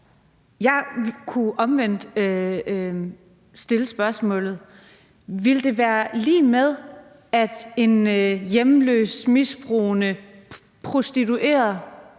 Jeg kunne omvendt stille det spørgsmål, om det ville være lig med, at en hjemløs, misbrugende prostitueret